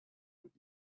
would